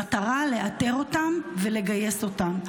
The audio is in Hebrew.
במטרה לאתר אותם ולגייס אותם.